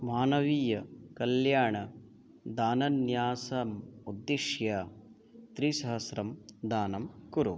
मानवीयकल्याणदानन्यासम् उद्दिश्य त्रिसहस्रं दानं कुरु